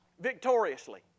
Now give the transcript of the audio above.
victoriously